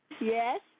Yes